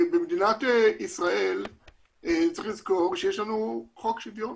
במדינת ישראל צריך לזכור שיש לנו חוק שוויון